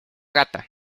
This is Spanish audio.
gata